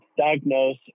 diagnose